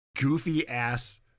goofy-ass